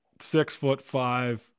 six-foot-five